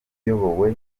iyobowe